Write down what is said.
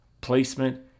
placement